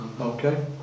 Okay